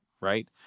right